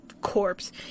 corpse